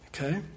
Okay